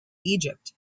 egypt